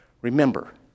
Remember